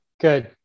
Good